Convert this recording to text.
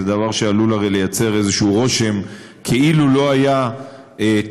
זה דבר שעלול הרי ליצור איזשהו רושם כאילו לא היה טיפול,